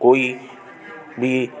कोई बि